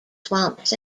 swamps